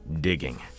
digging